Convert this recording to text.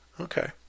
Okay